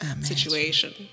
situation